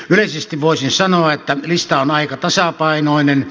yleisesti voisin sanoa että lista on aika tasapainoinen